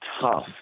tough